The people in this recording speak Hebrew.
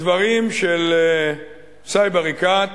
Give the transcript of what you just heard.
דברים של סאיב עריקאת